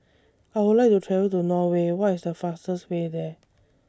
I Would like to travel to Norway What IS The fastest Way There